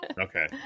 Okay